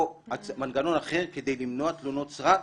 או שיהיה מנגנון אחר כדי למנוע תלונות סרק,